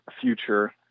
future